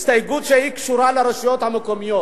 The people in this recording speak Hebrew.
הסתייגות שקשורה לרשויות המקומיות.